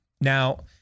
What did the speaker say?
Now